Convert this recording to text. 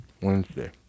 Wednesday